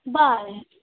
ꯚꯥꯏ